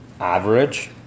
average